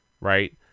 right